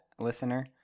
listener